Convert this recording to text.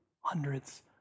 Hundreds